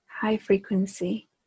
high-frequency